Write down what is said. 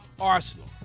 Arsenal